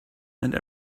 and